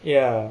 ya